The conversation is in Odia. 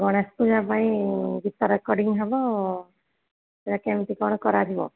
ଗଣେଶ ପୂଜା ପାଇଁ ଗୀତ ରେକର୍ଡିଂ ହେବ ସେଟା କେମିତି କ'ଣ କରାଯିବ